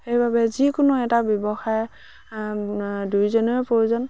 সেইবাবে যিকোনো এটা ব্যৱসায় দুয়োজনৰে প্ৰয়োজন